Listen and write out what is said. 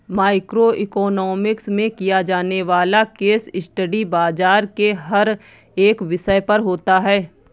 micro economics में किया जाने वाला केस स्टडी बाजार के हर एक विषय पर होता है